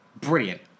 brilliant